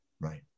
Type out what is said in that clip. Right